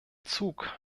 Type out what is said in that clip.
zug